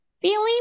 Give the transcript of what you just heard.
feeling